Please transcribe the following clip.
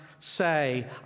say